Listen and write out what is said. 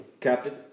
Captain